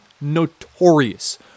notorious